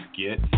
get